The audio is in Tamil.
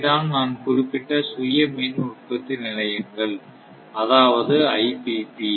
இவைதான் நான் குறிப்பிட்ட சுய மின் உற்பத்தி நிலையங்கள் அதாவது IPP